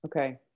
Okay